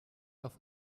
auf